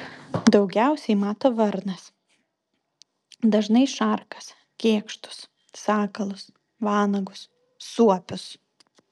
daugiausiai mato varnas dažnai šarkas kėkštus sakalus vanagus suopius